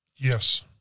Yes